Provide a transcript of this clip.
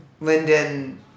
Linden